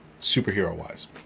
superhero-wise